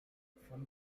from